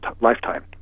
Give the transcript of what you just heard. lifetime